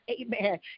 amen